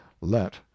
let